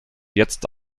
jetzt